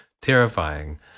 terrifying